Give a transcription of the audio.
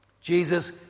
Jesus